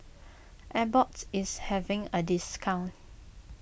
Abbott is having a discount